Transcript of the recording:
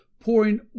pouring